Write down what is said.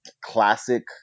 classic